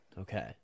Okay